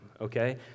Okay